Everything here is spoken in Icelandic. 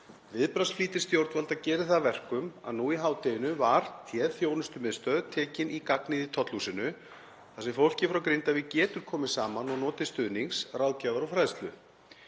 Viðbragðsflýtir stjórnvalda gerir það að verkum að nú í hádeginu var þjónustumiðstöð tekin í gagnið í Tollhúsinu þar sem fólkið frá Grindavík getur komið saman og notið stuðnings, ráðgjafar og fræðslu.